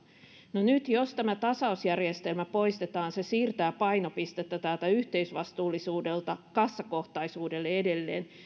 no nyt jos tämä tasausjärjestelmä poistetaan se siirtää painopistettä yhteisvastuullisuudelta kassakohtaisuudelle edelleen